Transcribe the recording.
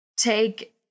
take